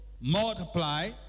multiply